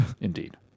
indeed